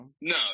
No